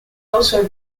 also